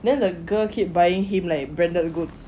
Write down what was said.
then the girl keep buying him like branded goods